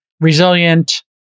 resilient